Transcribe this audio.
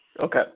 Okay